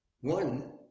One